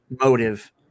motive